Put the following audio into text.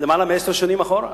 למעלה מעשור אחורה.